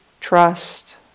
trust